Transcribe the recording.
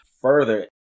further